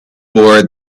bored